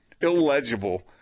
Illegible